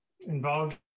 involved